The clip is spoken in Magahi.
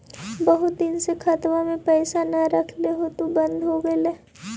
बहुत दिन से खतबा में पैसा न रखली हेतू बन्द हो गेलैय?